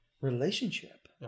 relationship